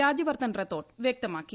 രാജ്യവർദ്ധൻ റാത്തോഡ് വ്യക്തമാക്കി